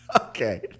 Okay